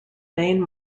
main